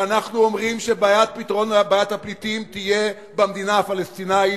שאנחנו אומרים שבעיית הפליטים תהיה במדינה הפלסטינית,